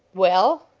well?